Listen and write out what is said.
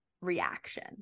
reaction